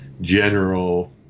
general